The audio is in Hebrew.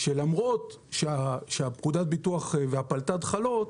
שלמרות שפקודת הביטוח והפלת"ד חלות,